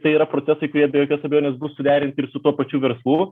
tai yra procesai kurie be jokios abejonės bus suderinti ir su tuo pačiu verslu